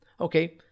Okay